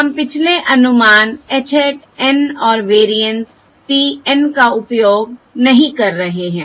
हम पिछले अनुमान h Hat N और वेरिएंस p N का उपयोग नहीं कर रहे हैं